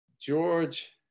George